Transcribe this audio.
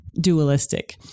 dualistic